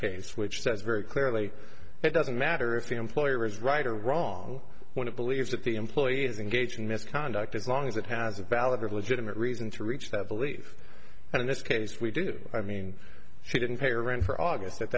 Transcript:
case which says very clearly it doesn't matter if the employer is right or wrong when it believes that the employee is engaged in misconduct as long as it has a valid legitimate reason to reach that belief and in this case we do i mean she didn't pay her rent for august at